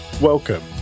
Welcome